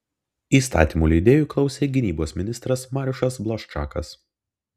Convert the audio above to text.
įstatymų leidėjų klausė gynybos ministras mariušas blaščakas